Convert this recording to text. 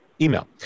email